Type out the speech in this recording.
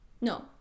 no